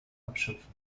abschöpfen